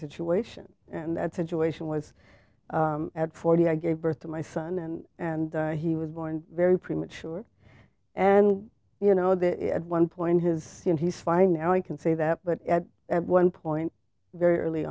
situation and that situation was at forty i gave birth to my son and and he was born very premature and you know that at one point has he and he's fine now i can say that but at one point very early